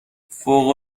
فوق